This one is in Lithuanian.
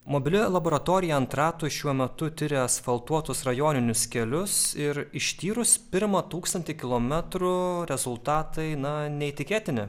mobili laboratorija ant ratų šiuo metu tiria asfaltuotus rajoninius kelius ir ištyrus pirmą tūkstantį kilometrų rezultatai na neįtikėtini